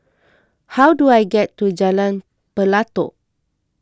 how do I get to Jalan Pelatok